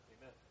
Amen